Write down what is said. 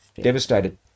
devastated